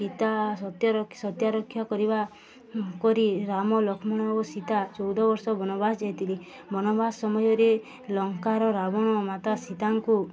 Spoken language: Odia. ସୀତା ସତ୍ୟ ସତ୍ୟାରକ୍ଷା କରିବା କରି ରାମ ଲକ୍ଷ୍ମଣ ଓ ସୀତା ଚଉଦ ବର୍ଷ ବନବାସ ଯାଇଥିଲେ ବନବାସ ସମୟରେ ଲଙ୍କାର ରାବଣ ମାତା ସୀତାଙ୍କୁ